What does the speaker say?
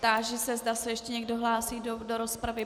Táži se, zda se ještě někdo hlásí do rozpravy.